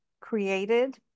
created